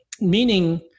meaning